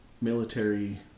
military